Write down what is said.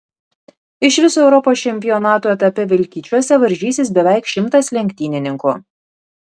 iš viso europos čempionato etape vilkyčiuose varžysis beveik šimtas lenktynininkų